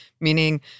meaning